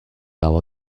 our